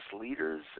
leaders